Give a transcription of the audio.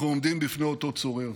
אנחנו עומדים בפני אותו צורר,